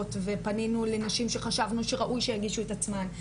ופנינו לנשים שחשבנו שראוי שיגישו את עצמן,